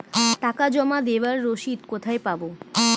টাকা জমা দেবার রসিদ কোথায় পাব?